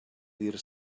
dir